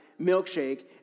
milkshake